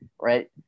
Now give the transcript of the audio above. right